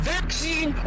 vaccine